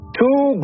two